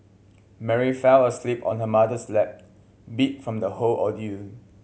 Mary fell asleep on her mother's lap beat from the whole ordeal